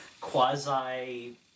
quasi